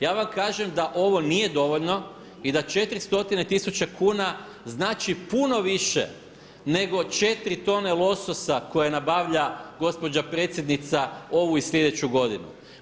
Ja vam kažem da ovo nije dovoljno i da 4 stotine tisuće kuna znači puno više nego 4 tone lososa koje nabavlja gospođa Predsjednica ovu i sljedeću godinu.